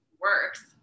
works